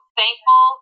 thankful